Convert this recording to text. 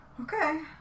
Okay